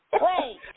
Wait